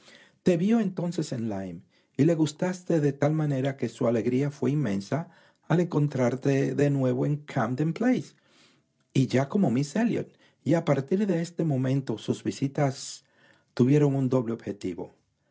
te vió entonces en lyme y le gustaste de tal manera que su alegría fué inmensa al encontrarte de nuevo en camden place ya como miss elliot y a partir de este momento sus visitas tuvieron un doble